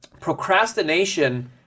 procrastination